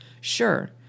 sure